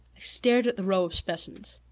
stared at the rows specimens.